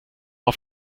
auf